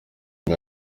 ngo